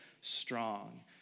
strong